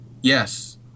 Yes